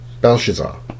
Belshazzar